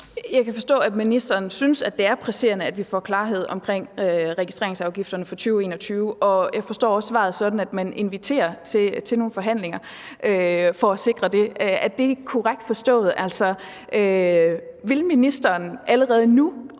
Jeg kan forstå, at ministeren synes, at det er presserende, at vi får klarhed omkring registreringsafgifterne for 2020-2021, og jeg forstår også svaret sådan, at man inviterer til nogle forhandlinger for at sikre det. Er det korrekt forstået? Vil ministeren allerede nu